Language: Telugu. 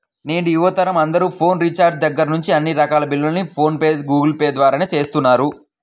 నేటి యువతరం అందరూ ఫోన్ రీఛార్జి దగ్గర్నుంచి అన్ని రకాల బిల్లుల్ని ఫోన్ పే, గూగుల్ పే ల ద్వారానే చేస్తున్నారు